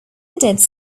attended